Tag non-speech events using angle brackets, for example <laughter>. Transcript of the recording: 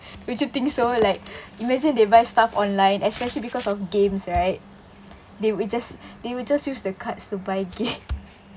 <laughs> won't you think so like <breath> imagine they buy stuff online especially because of games right they will just they will just use the cards to buy games <laughs>